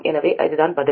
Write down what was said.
எனவே அதுதான் பதில்